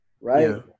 right